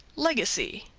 legacy,